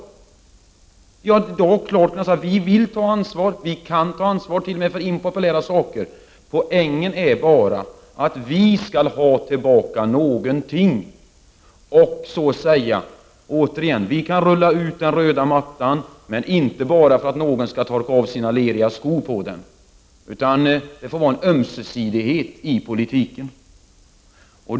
Vi både vill och kan ta ansvar för t.o.m. impopulära åtgärder. Poängen är bara att vi måste få någonting tillbaka. Vi kan rulla ut den röda mattan men gör det inte bara för att någon skall torka av sina leriga skor på den. Det måste finnas ömsesidighet i politiken.